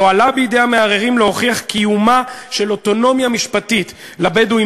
לא עלה בידי המערערים להוכיח קיומה של אוטונומיה משפטית לבדואים